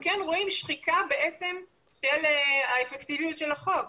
אנחנו כן רואים שחיקה של האפקטיביות של החוק.